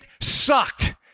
sucked